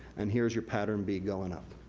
and here's your pattern b going up.